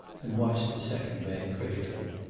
and watched the second man critically.